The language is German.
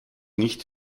nicht